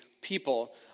people